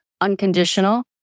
unconditional